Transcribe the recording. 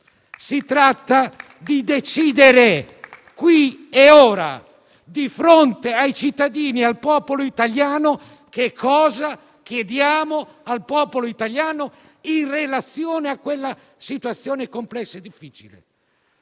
Si tratta di decidere, qui e ora, di fronte ai cittadini, cosa chiediamo al popolo italiano, in relazione a questa situazione complessa e difficile.